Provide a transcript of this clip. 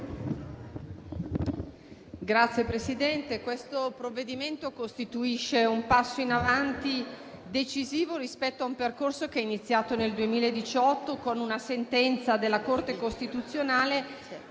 Signor Presidente, questo provvedimento costituisce un passo in avanti decisivo rispetto a un percorso che è iniziato nel 2018 con una sentenza della Corte costituzionale,